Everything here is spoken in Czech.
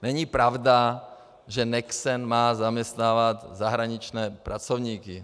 Není pravda, že Nexen má zaměstnávat zahraniční pracovníky.